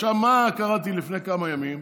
מה קראתי לפני כמה ימים?